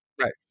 right